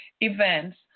events